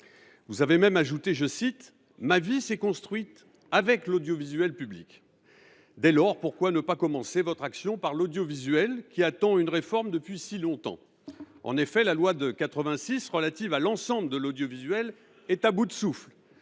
Vous avez même ajouté, je cite de mémoire :« Ma vie s’est construite avec l’audiovisuel public. » Dès lors, pourquoi ne pas commencer votre action par l’audiovisuel, qui attend une réforme depuis si longtemps ? En effet, la loi de 1986, relative à l’ensemble de l’audiovisuel, est à bout de souffle.